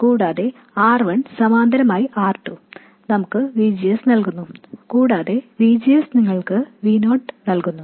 കൂടാതെ R 1 ∥ R 2 നമുക്ക് V G S നല്കുന്നു കൂടാതെ V G S നിങ്ങൾക്ക് V൦ നല്കുന്നു